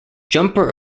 jumper